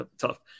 tough